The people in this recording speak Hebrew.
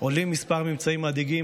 עולים כמה ממצאים מדאיגים,